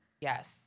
Yes